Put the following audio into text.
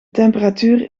temperatuur